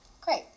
Great